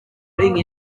being